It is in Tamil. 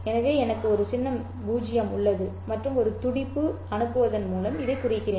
எனவே எனக்கு ஒரு சின்னம் 0 உள்ளது மற்றும் ஒரு துடிப்பு அனுப்புவதன் மூலம் இதைக் குறிக்கிறேன்